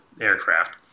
aircraft